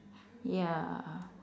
ya